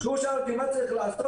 כשהוא שאל אותי מה צריך לעשות,